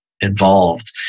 involved